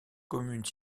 commune